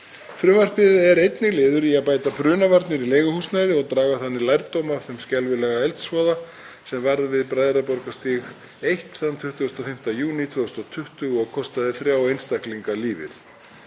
Frumvarpið er einnig liður í að bæta brunavarnir í leiguhúsnæði og draga lærdóm af þeim skelfilega eldsvoða sem varð við Bræðraborgarstíg 1 þann 25. júní 2020 og kostaði þrjá einstaklinga lífið.